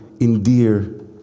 Endear